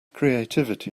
creativity